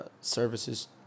services